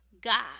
god